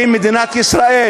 כי מדינת ישראל,